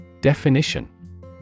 Definition